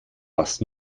was